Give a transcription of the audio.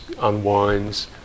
unwinds